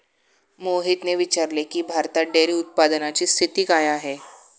मोहितने विचारले की, भारतात डेअरी उत्पादनाची स्थिती काय आहे?